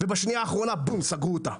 ובשנייה האחרונה סגרו אותה.